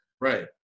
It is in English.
Right